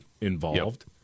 involved